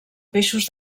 peixos